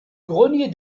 grenier